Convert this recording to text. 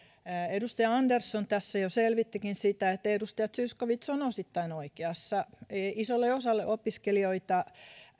edustaja andersson tässä jo selvittikin sitä että edustaja zyskowicz on osittain oikeassa isolle osalle opiskelijoita